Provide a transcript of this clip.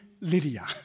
Lydia